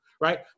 right